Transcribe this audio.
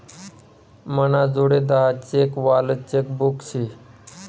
मनाजोडे दहा चेक वालं चेकबुक शे